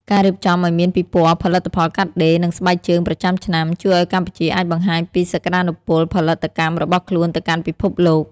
ការរៀបចំឱ្យមានពិព័រណ៍ផលិតផលកាត់ដេរ និងស្បែកជើងប្រចាំឆ្នាំ ជួយឱ្យកម្ពុជាអាចបង្ហាញពីសក្ដានុពលផលិតកម្មរបស់ខ្លួនទៅកាន់ពិភពលោក។